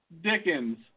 Dickens